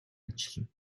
ажиллана